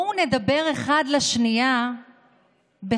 בואו נדבר אחד לשנייה בכבוד.